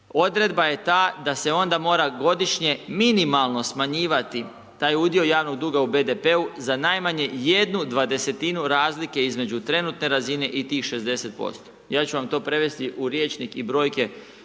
odredba je ta, da se onda mora godišnje, minimalno smanjivati taj udio javnog duga u BDP-u za najmanju 1/20 razlike između trenutne razine i tih 60%. Ja ću vam to prevesti u rječnik i brojke